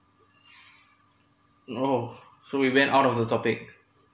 oh so we went out of the topic